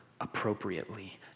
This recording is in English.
appropriately